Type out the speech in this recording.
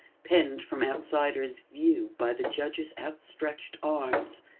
penned from outsiders' view by the judge's outstretched arms.